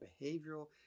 behavioral